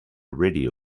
radio